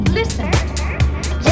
Listen